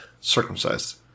circumcised